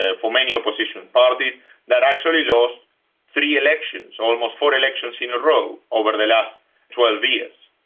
ah for many opposition parties that actually lost three elections, almost four elections in a row over the last twelve years.